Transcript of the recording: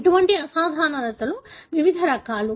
ఇటువంటి అసాధారణతలు వివిధ రకాలు